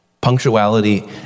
Punctuality